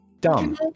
Dumb